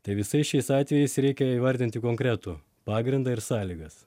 tai visais šiais atvejais reikia įvardinti konkretų pagrindą ir sąlygas